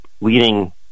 leading